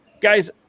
guys